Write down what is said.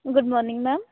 good morning ma'am